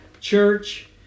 church